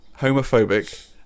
homophobic